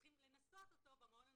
צריכים לנסות אותו במעון הנעול,